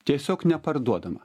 tiesiog neparduodama